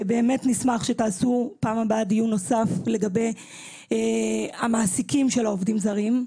ובאמת נשמח שתעשו בפעם הבאה דיון נוסף לגבי המעסיקים של העובדים הזרים,